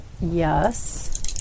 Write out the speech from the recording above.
Yes